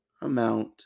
amount